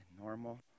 normal